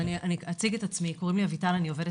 קוראים לי אביטל, אני עו"ס.